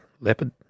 Leopard